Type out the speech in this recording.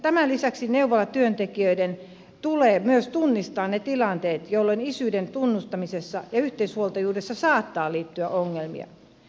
tämän lisäksi neuvolatyöntekijöiden tulee myös tunnistaa ne tilanteet jolloin isyyden tunnustamiseen ja yhteishuoltajuuteen saattaa liittyä ongelmia